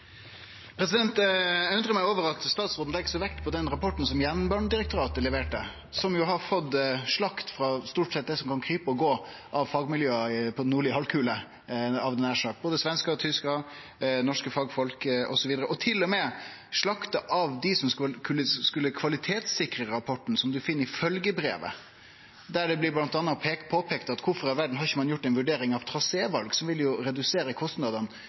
meg over at statsråden legg så stor vekt på den rapporten som Jernbanedirektoratet leverte, og som jo har fått slakt frå stort sett det som kan krype og gå av fagmiljø på den nordlege halvkula, hadde eg nær sagt, av både svenske, tyske og norske fagfolk, osv. Han er til og med slakta av dei som skulle kvalitetssikre rapporten, noko ein finn i følgjebrevet, der det bl.a. blir påpeikt: Kvifor i all verda har ein ikkje gjort ei vurdering av traséval, som jo ville redusere kostnadene